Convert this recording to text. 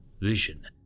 vision